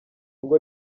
ingo